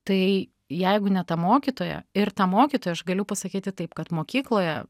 tai jeigu ne ta mokytoja ir ta mokytoja aš galiu pasakyti taip kad mokykloje